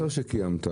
שקיימת,